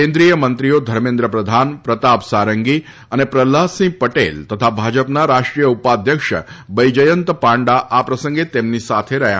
કેન્દ્રીય મંત્રીઓ ધર્મેન્દ્ર પ્રધાન પ્રતાપ સારંગી અને પ્રહલાદસિંહ પટેલ તથા ભાજપના રાષ્ટ્રીય ઉપાધ્યક્ષ બૈજયંત પાંડા આ પ્રસંગે તેમની સાથે રહ્યા